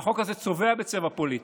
החוק הזה צובע בצבע פוליטי,